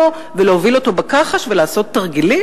ולהוביל אותו בכחש ולעשות תרגילים?